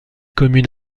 commune